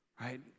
Right